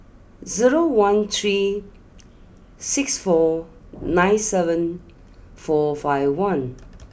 zero one three six four nine seven four five one